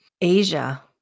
Asia